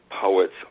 poets